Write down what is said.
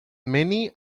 many